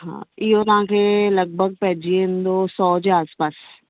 हा इहो तव्हांखे लॻभॻि पइजी वेंदो सौ जे आस पास